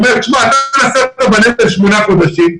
אומר שאתה נשאת בנטל שמונה חודשים,